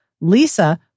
Lisa